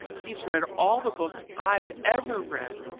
he's read all the books i've ever read,